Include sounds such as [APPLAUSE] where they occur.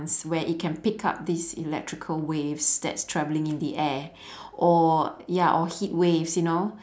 where it can pick up these electrical waves that's traveling in the air [BREATH] or ya or heatwaves you know